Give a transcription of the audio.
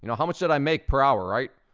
you know how much did i make per hour, right?